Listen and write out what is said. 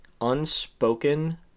unspoken